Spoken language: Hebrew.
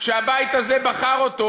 שהבית הזה בחר אותו,